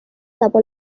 যাব